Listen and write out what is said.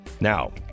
Now